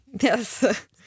Yes